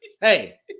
hey